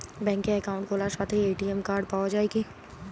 ব্যাঙ্কে অ্যাকাউন্ট খোলার সাথেই এ.টি.এম কার্ড পাওয়া যায় কি?